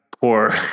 poor